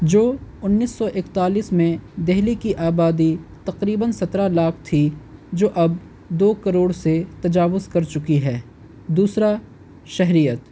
جو انیس سو اکتالیس میں دہلی کی آبادی تقریباً سترہ لاکھ تھی جو اب دو کروڑ سے تجاوز کر چکی ہے دوسرا شہریت